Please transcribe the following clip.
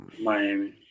Miami